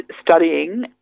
studying